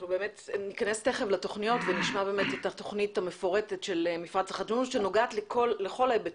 אנחנו ניכנס לתכניות ונשמע את התכנית המפורטת שנוגעת לכל ההיבטים,